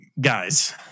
guys